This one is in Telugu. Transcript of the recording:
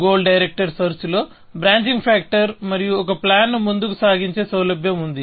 గోల్ డైరెక్టెడ్ సెర్చ్ లో బ్రాంచింగ్ ఫ్యాక్టర్ మరియు ఒక ప్లాన్ ను ముందుకు సాగించే సౌలభ్యం ఉంది